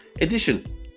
edition